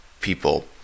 people